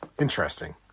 Interesting